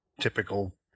typical